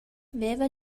veva